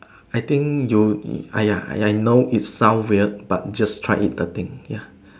I think you !aiya! I know it sound weird but just try it the thing ya